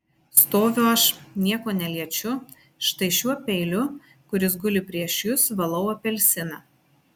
stoviu aš nieko neliečiu štai šiuo peiliu kuris guli prieš jus valau apelsiną